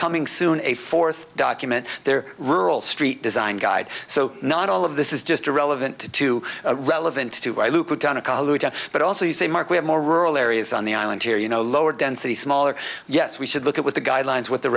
coming soon a fourth document there rural street design guide so not all of this is just to relevant to relevant to our luke but also you say mark we have more rural areas on the island here you know lower density smaller yes we should look at what the guidelines what the